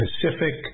Pacific